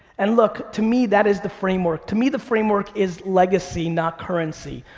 and look, to me that is the framework. to me the framework is legacy not currency.